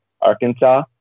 Arkansas